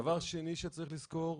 דבר שני שצריך לזכור